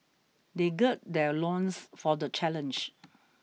they gird their loins for the challenge